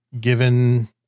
given